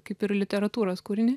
kaip ir literatūros kūrinį